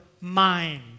mind